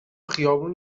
خیابون